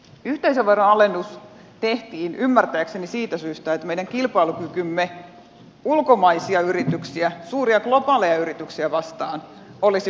yhteisöveron alennus tehtiin ymmärtääkseni siitä syystä että meidän kilpailukykymme ulkomaisia yrityksiä suuria globaaleja yrityksiä vastaan olisi mahdollisimman hyvä